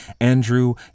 Andrew